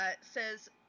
says